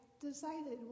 decided